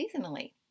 seasonally